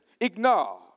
ignore